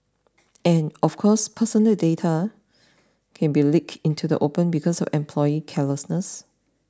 and of course personal data can be leaked into the open because of employee carelessness